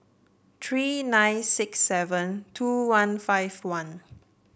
three nine six seven two one five one